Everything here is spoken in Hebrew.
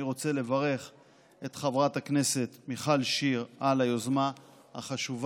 אני רוצה לברך את חברת הכנסת מיכל שיר על היוזמה החשובה,